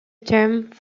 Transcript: terms